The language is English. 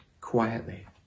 quietly